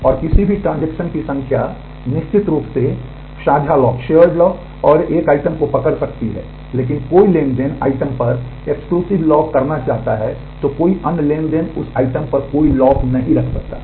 और किसी भी ट्रांजेक्शन लॉक करना चाहता है तो कोई अन्य ट्रांज़ैक्शन उस आइटम पर कोई लॉक नहीं रख सकता है